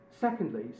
Secondly